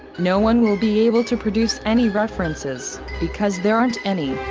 no one will be able to produce any references, because there aren't any.